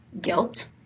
guilt